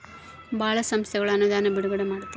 ಭಾಳ ಸಂಸ್ಥೆಗಳು ಅನುದಾನ ಬಿಡುಗಡೆ ಮಾಡ್ತವ